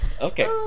Okay